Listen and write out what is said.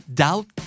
doubt